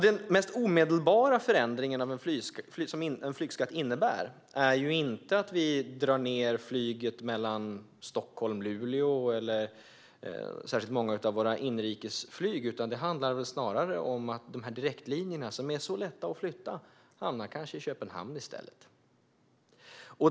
Den mest omedelbara förändringen en flygskatt skulle innebära är inte att flyget mellan Stockholm och Luleå eller särskilt många av våra inrikesflyg minskar. Det handlar snarare om att direktlinjerna, som är så lätta att flytta, kanske hamnar i Köpenhamn i stället.